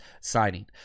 signing